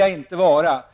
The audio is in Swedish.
inte vara livegna.